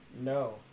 No